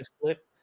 flip